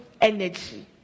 Energy